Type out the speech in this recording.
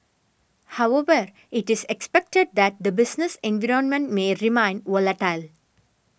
however it is expected that the business environment may remain volatile